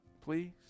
Please